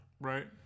Right